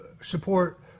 support